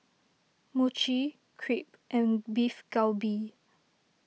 Mochi Crepe and Beef Galbi